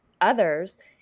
others